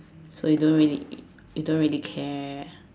so you don't really you don't really care